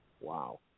Wow